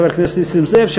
חבר הכנסת נסים זאב,